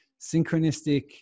synchronistic